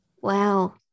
Wow